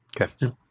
okay